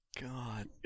God